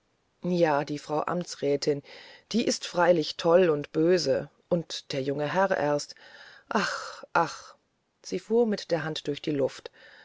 ja die frau amtsrätin die ist freilich toll und böse und der junge herr erst ach ach sie fuhr mit der hand durch die luft